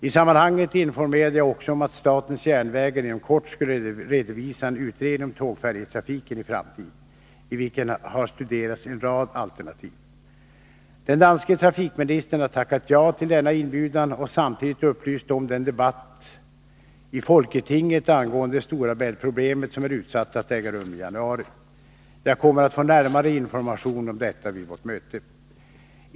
I sammanhanget informerade jag också om att statens järnvägar inom kort skulle redovisa en utredning om tågfärjetrafiken i framtiden, i vilken har studerats en rad alternativ. Den danske trafikministern har tackat ja till denna inbjudan och samtidigt upplyst om den debatt i folketinget angående Stora Bält-problemet som är utsatt att äga rum i januari. Jag kommer att få närmare information om detta vid vårt möte.